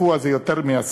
התקוע זה יותר מעשור,